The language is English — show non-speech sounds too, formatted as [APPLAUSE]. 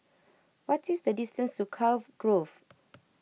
what is the distance to Cove Grove [NOISE]